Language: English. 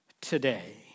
today